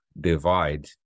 divide